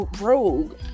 Rogue